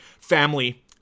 family